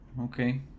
okay